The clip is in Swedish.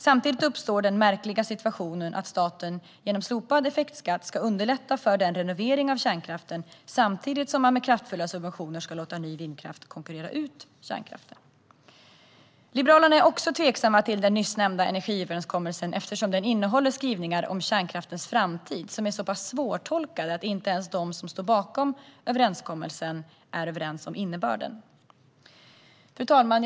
Samtidigt uppstår den märkliga situationen att staten genom slopad effektskatt ska underlätta för en renovering av kärnkraften samtidigt som man med kraftfulla subventioner ska låta ny vindkraft konkurrera ut kärnkraften. Liberalerna är också tveksamma till den nyssnämnda energiöverenskommelsen eftersom den innehåller skrivningar om kärnkraftens framtid som är så pass svårtolkade att inte ens de som står bakom överenskommelsen är överens om innebörden. Fru talman!